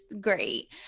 great